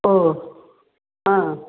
ஓ ஆ